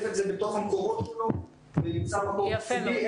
את זה במקורות שלו וימצא מקור תקציבי.